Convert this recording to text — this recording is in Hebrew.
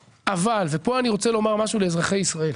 אבל, ופה אני רוצה להגיד משהו לאזרחי ישראל.